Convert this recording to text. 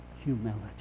humility